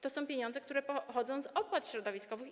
To są pieniądze, które pochodzą z opłat środowiskowych.